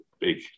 big